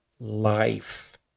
life